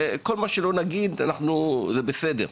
כל מה שנגיד על זה יהיה בסדר,